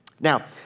Now